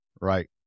Right